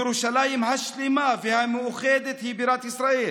ירושלים השלמה והמאוחדת היא בירת ישראל.